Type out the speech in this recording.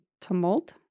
tumult